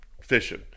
fishing